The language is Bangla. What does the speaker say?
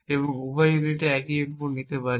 এবং এই উভয় ইউনিটে একই ইনপুট দিতে পারি